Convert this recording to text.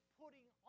putting